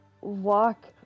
walk